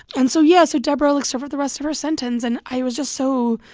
and so yeah, so debra, like, suffered the rest of her sentence. and i was just so